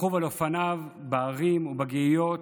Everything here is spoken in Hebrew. רכוב על אופניו בהרים ובגאיות,